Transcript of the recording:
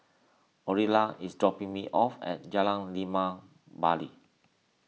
Orilla is dropping me off at Jalan Limau Bali